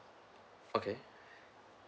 okay